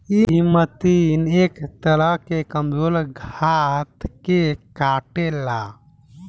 इ मशीन एक तरह से कमजोर घास के काटेला